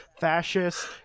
fascist